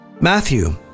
Matthew